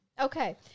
Okay